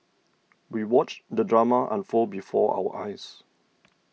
we watched the drama unfold before our eyes